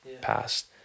passed